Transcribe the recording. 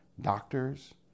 doctors